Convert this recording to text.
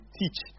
teach